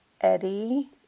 Eddie